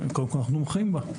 קודם כל, אנחנו תומכים בה.